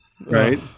Right